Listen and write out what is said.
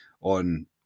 on